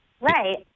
Right